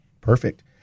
Perfect